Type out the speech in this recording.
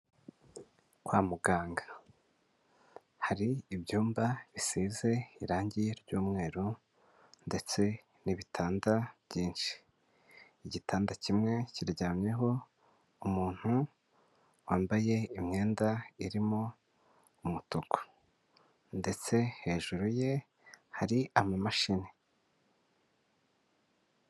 Kwa muganga, hari ibyumba bisize irangi ry'umweru, ndetse n'ibitanda byinshi, igitanda kimwe kiryamyeho umuntu wambaye imyenda irimo umutuku, ndetse hejuru ye hari amamashini.